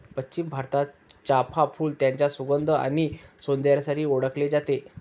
पश्चिम भारतात, चाफ़ा फूल त्याच्या सुगंध आणि सौंदर्यासाठी ओळखले जाते